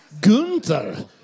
Gunther